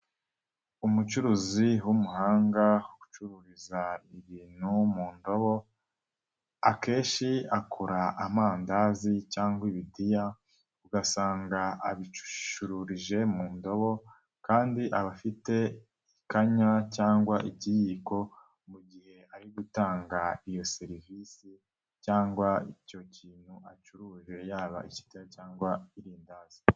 Umucuruzi w'umuhanga ucururiza ibintu mu ndobo, akenshi akora amandazi cyangwa ibidiya ugasanga abicururije mu ndobo kandi aba afite ikanya cyangwa ikiyiko mu gihe ari gutanga iyo serivise cyangwa icyo kintu acuruje, yaba ikidiya cyangwa irindaza,